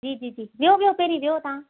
जी जी जी विहो विहो पहिरीं विहो तव्हां